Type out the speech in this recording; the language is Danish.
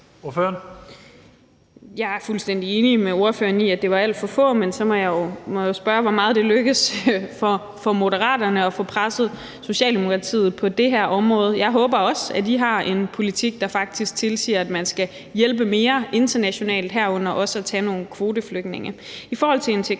Jeg er fuldstændig enig med ordføreren i, at det var alt for få, men så må jeg jo spørge, hvor meget det er lykkedes for Moderaterne at få presset Socialdemokratiet på det her område. Jeg håber også, at I har en politik, der faktisk tilsiger, at man skal hjælpe mere internationalt, herunder også ved at tage nogle kvoteflygtninge.